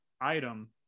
item